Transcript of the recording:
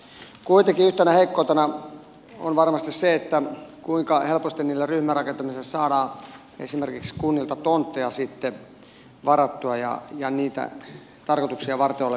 kuitenkin yhtenä heikkoutena on varmasti se kuinka helposti niille ryhmärakentamisille saadaan esimerkiksi kunnilta tontteja sitten varattua ja niitä tarkoituksia varten olevia rakennuspaikkoja